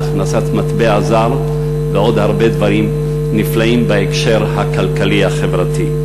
להכנסת מטבע זר ועוד הרבה דברים נפלאים בהקשר הכלכלי והחברתי.